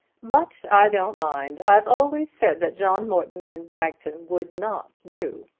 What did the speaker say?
but i don't mind. i've always said that john morton and bragton would not do.